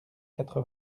quatre